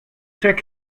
take